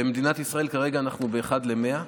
במדינת ישראל כרגע אנחנו באחד ל-100.